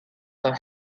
her